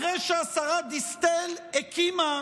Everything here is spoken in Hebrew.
אחרי שהשרה דיסטל הקימה,